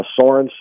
Sorensen